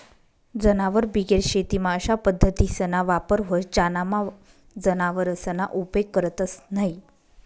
जनावरबिगेर शेतीमा अशा पद्धतीसना वापर व्हस ज्यानामा जनावरसना उपेग करतंस न्हयी